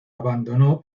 abandonó